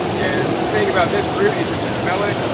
and the thing about this fruit is if you smell it,